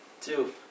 Two